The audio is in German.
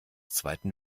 zweiten